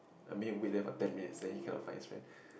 I mean we left him for ten minutes then he cannot find his friends